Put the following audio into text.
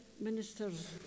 ministers